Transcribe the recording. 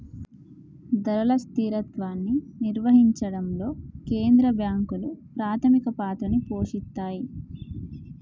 ధరల స్థిరత్వాన్ని నిర్వహించడంలో కేంద్ర బ్యాంకులు ప్రాథమిక పాత్రని పోషిత్తాయ్